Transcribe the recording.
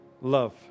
love